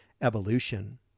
evolution